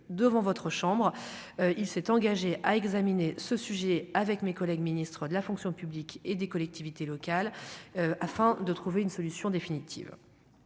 devant votre chambre, il s'est engagé à examiner ce sujet avec mes collègues ministres de la fonction publique et des collectivités locales afin de trouver une solution définitive,